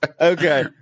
okay